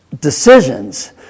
decisions